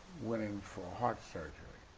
went in for heart surgery.